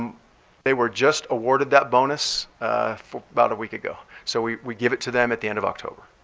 they were just awarded that bonus about a week ago. so we we give it to them at the end of october.